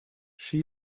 she